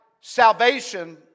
salvation